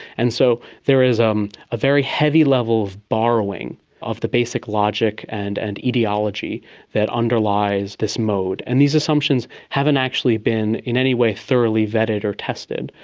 and so there is um a very heavy level of borrowing of the basic logic and and ideology that underlies this mode, and these assumptions haven't actually been in any way thoroughly vetted or tested,